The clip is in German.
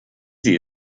sie